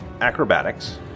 acrobatics